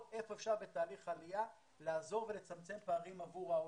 איפה אפשר בתהליך העלייה לעזור ולצמצם פערים עבור העולים.